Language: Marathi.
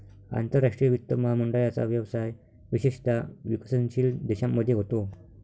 आंतरराष्ट्रीय वित्त महामंडळाचा व्यवसाय विशेषतः विकसनशील देशांमध्ये होतो